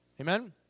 Amen